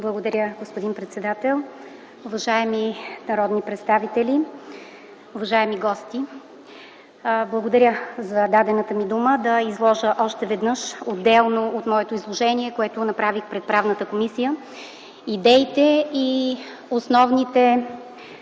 Благодаря, господин председател. Уважаеми народни представители, уважаеми гости! Благодаря за дадената ми дума да изложа още веднъж, отделно от моето изложение, което направих пред Комисията по правни въпроси, идеите и основните